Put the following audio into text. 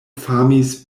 famis